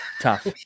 Tough